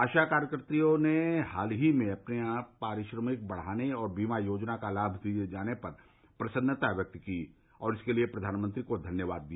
आशा कार्यकत्रियों ने हाल ही में अपने पारिश्रमिक भत्ता बढ़ाने और बीमा योजना का लाभ दिये जाने पर प्रसन्नता व्यक्त की और इसके लिए प्रधानमंत्री को धन्यवाद दिया